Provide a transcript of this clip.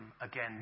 again